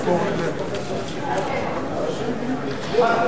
חבר הכנסת פלסנר,